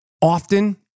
often